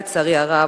לצערי הרב,